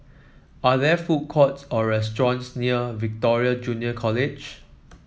are there food courts or restaurants near Victoria Junior College